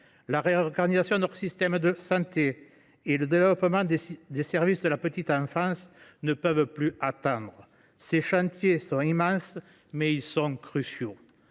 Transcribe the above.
la réorganisation de notre système de santé et le développement des services de la petite enfance ne peuvent plus attendre. Ces chantiers sont immenses, mais aussi cruciaux.